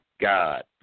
God